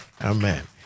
Amen